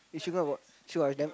you should go and watch should I never